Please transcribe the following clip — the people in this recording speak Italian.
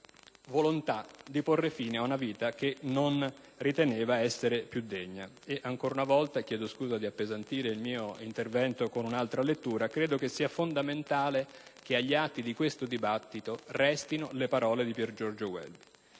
propria volontà di porre fine a una vita che non riteneva essere più degna. Ancora una volta - chiedo scusa di appesantire il mio intervento con un'altra lettura - credo sia fondamentale che agli atti di questo dibattito restino le parole di Piergiorgio Welby.